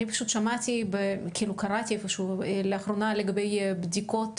אני פשוט קראתי איפשהו לאחרונה לגבי הבדיקות,